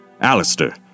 Alistair